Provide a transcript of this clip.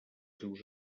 seus